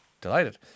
Delighted